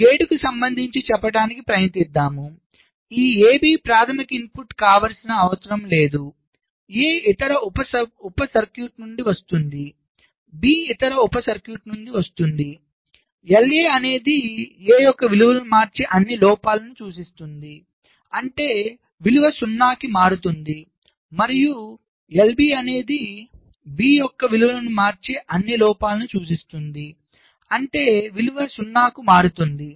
ఈ గేటుకు సంబంధించి చెప్పటానికి ప్రయత్నిద్దాం ఈ AB ప్రాధమిక ఇన్పుట్ కానవసరం లేదు A ఇతర ఉపసర్క్యూట్ నుండి వస్తోంది B ఇతర ఉపసర్క్యూట్ నుండి వస్తోంది LA అనేది A యొక్క విలువను మార్చే అన్ని లోపాలను సూచిస్తుంది అంటే విలువ 0 కి మారుతుంది మరియు LB అనేది B యొక్క విలువను మార్చే అన్ని లోపాలను సూచిస్తుందిఅంటే విలువ 0 కి మారుతుంది